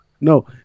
No